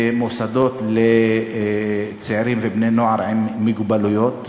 במוסדות לצעירים ובני-נוער עם מוגבלות,